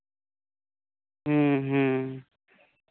ᱦᱮᱸ ᱦᱮᱸ